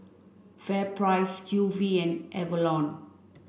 FairPrice Q V and Avalon